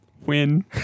Win